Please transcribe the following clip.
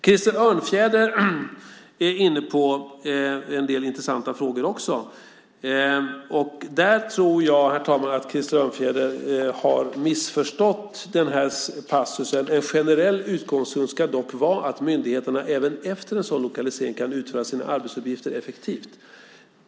Krister Örnfjäder är också inne på en del intressanta frågor. Där tror jag att Krister Örnfjäder har missförstått passusen att en generell utgångspunkt dock ska vara att myndigheterna även efter en lokalisering kan utföra sina arbetsuppgifter effektivt.